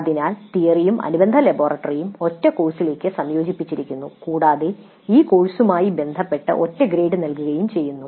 അതിനാൽ തിയറിയും അനുബന്ധലബോറട്ടറിയും ഒരൊറ്റ കോഴ്സിലേക്ക് സംയോജിപ്പിച്ചിരിക്കുന്നു കൂടാതെ ഈ കോഴ്സുമായി ബന്ധപ്പെട്ട് ഒറ്റ ഗ്രേഡ് നൽകുകയും ചെയ്യുന്നു